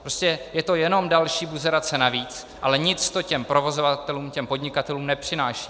Prostě je to jenom další buzerace navíc, ale nic to těm provozovatelům, těm podnikatelům nepřináší.